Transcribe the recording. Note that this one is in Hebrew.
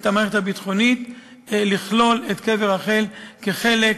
המערכת הביטחונית לכלול את קבר רחל כחלק